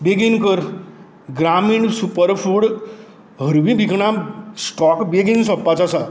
बेगीन कर ग्रामीण सुपरफूड हरवीं बिकणां स्टॉक बेगीन सोंपपाचो आसा